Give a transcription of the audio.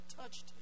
touched